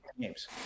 games